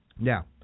Now